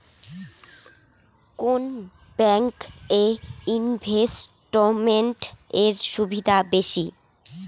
কোন ব্যাংক এ ইনভেস্টমেন্ট এর সুবিধা বেশি?